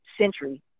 century